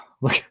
Look